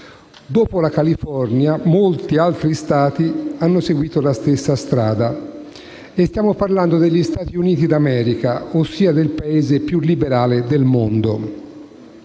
Dopo la California molti altri Stati hanno seguito la stessa strada, e stiamo parlando degli Stati Uniti d'America, il Paese più liberale del mondo.